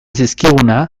zizkiguna